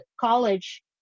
college